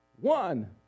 One